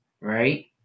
right